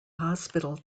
hospital